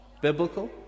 biblical